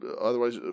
otherwise